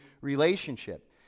relationship